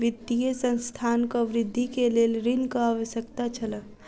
वित्तीय संस्थानक वृद्धि के लेल ऋणक आवश्यकता छल